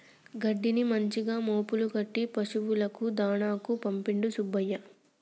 గడ్డిని మంచిగా మోపులు కట్టి పశువులకు దాణాకు పంపిండు సుబ్బయ్య